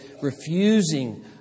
refusing